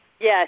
Yes